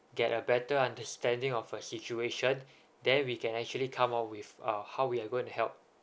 get a better understanding of her situation then we can actually come out with uh how we are going to help